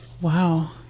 wow